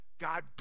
God